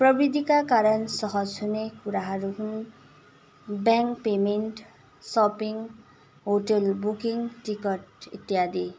प्रविधिका कारण सहज हुने कुराहरू हुन् bank payment shopping hotel booking ticket इत्यादि